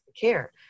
care